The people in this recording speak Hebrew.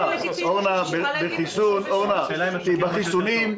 אורנה, בחיסונים,